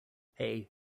hey